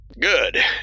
Good